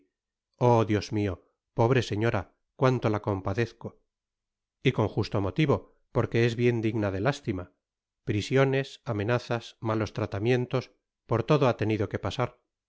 oh dios miot pobre señora cuanto la compadezco i y con justo moiivo porque es bien digna de lástima prisiones amenazas malos tratamientos por todo ha tenido que pasar